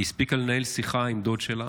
היא הספיקה לנהל שיחה עם דוד שלה